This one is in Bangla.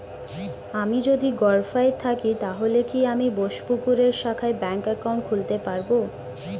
আমি যদি গরফায়ে থাকি তাহলে কি আমি বোসপুকুরের শাখায় ব্যঙ্ক একাউন্ট খুলতে পারবো?